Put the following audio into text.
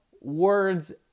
words